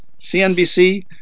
CNBC